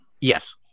Yes